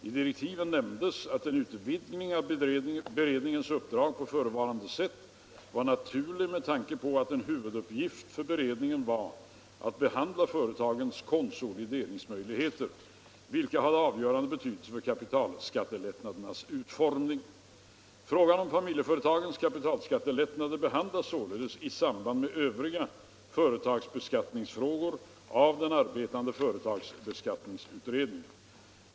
I direktiven nämndes att en utvidgning av beredningens uppdrag på förevarande sätt var naturlig med tanke på att en huvuduppgift för beredningen var att behandla företagens konsolideringsmöjligheter, vilka hade avgörande betydelse för kapitalskattelättnadernas utformning. Frågan om familjeföretagens kapitalskattelättnader behandlas således i samband med övriga företagsbeskattningsfrågor av den arbetande företagsskatteberedningen.